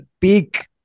peak